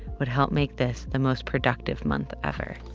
would help make this the most productive month ever.